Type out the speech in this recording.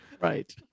right